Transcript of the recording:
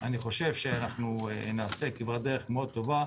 אני חושב שאנחנו נעשה כברת דרך מאוד טובה.